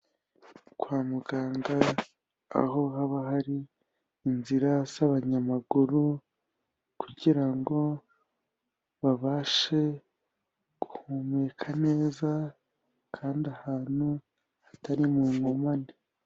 Kwa muganga aho haba hari inzira z'abanyamaguru, kugira ngo babashe, guhumeka neza, kandi ahantu hatari mu nkomane.